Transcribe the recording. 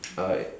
uh